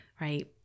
right